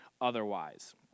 otherwise